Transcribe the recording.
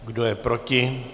Kdo je proti?